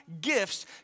gifts